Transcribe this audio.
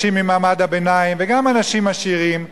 אנשים ממעמד הביניים וגם אנשים עשירים,